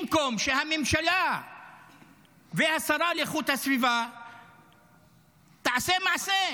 במקום שהממשלה והשרה לאיכות הסביבה יעשו מעשה,